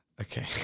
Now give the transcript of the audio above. Okay